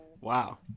Wow